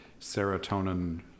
serotonin